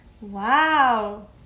Wow